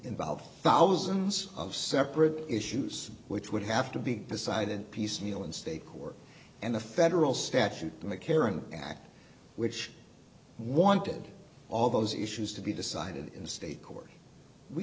involve thousands of separate issues which would have to be decided piecemeal in state court and the federal statute mccarran act which wanted all those issues to be decided in state court we